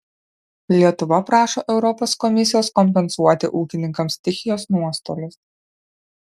lietuva prašo europos komisijos kompensuoti ūkininkams stichijos nuostolius